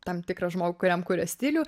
tam tikrą žmogų kuriam kuria stilių